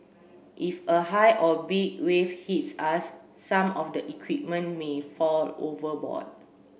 if a high or big wave hits us some of the equipment may fall overboard